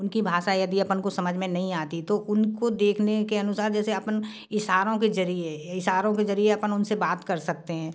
उनकी भाषा यदि अपन को समझ में नहीं आती तो उनको देखने के अनुसार जैसे अपन इशारों के जरिए इशारों के जरिए अपन उनसे बात कर सकते हैं